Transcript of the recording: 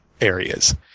areas